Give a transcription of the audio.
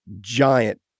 giant